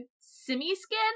simi-skin